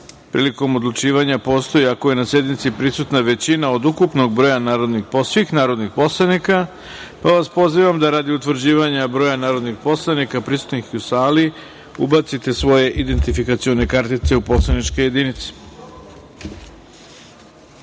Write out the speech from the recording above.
prilikom odlučivanja postoji ako je na sednici prisutna većina od ukupnog broja svih narodnih poslanika, pa vas pozivam da radi utvrđivanja broja narodnih poslanika prisutnih u sali ubacite svoje identifikacione kartice u poslaničke